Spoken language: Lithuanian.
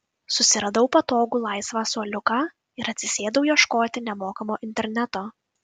susiradau patogų laisvą suoliuką ir atsisėdau ieškoti nemokamo interneto